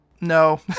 No